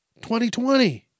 2020